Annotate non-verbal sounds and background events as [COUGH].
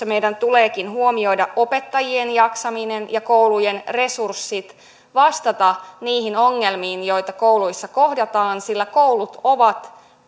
[UNINTELLIGIBLE] meidän tuleekin huomioida opettajien jaksaminen ja koulujen resurssit vastata niihin ongelmiin joita kouluissa kohdataan sillä koulut ovat